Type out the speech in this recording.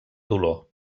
dolor